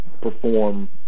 perform